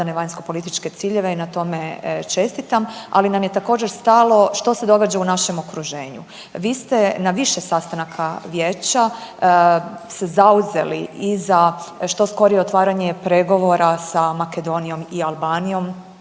vanjsko-političke ciljeve i na tome čestitam. Ali nam je također stalo što se događa u našem okruženju. Vi ste na više sastanaka Vijeća se zauzeli i za što skorije otvaranje pregovora sa Makedonijom i Albanijom